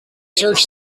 search